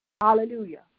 Hallelujah